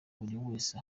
wese